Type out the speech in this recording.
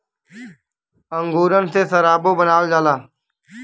अंगूरन से सराबो बनावल जाला